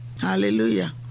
Hallelujah